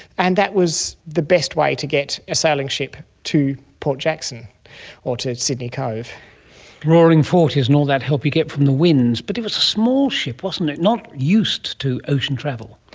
and that was the best way to get a sailing ship to port jackson or to sydney cove. the roaring forties and all that help you get from the winds. but it was a small ship, wasn't it, not used to ocean travel.